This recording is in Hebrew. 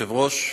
כבוד היושב-ראש,